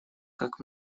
как